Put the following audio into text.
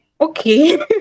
Okay